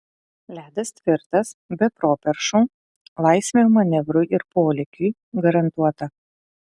ledas tvirtas be properšų laisvė manevrui ir polėkiui garantuota